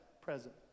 present